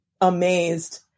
amazed